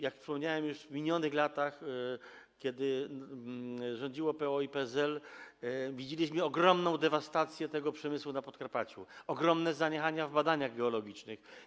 Jak wspomniałem już, w minionych latach, kiedy rządziło PO i PSL, widzieliśmy ogromną dewastację tego przemysłu na Podkarpaciu, ogromne zaniechania w badaniach geologicznych.